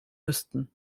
müssten